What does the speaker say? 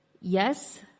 yes